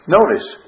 notice